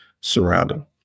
surrounding